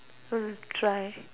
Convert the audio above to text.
um try